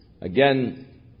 Again